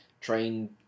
train